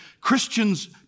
Christians